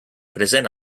present